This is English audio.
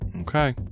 Okay